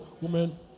women